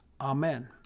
Amen